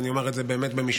אז אני אומר את זה באמת במשפט: